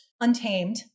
untamed